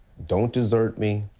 don't desert me,